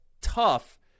tough